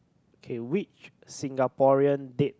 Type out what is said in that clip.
okay which Singaporean dead